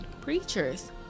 Preachers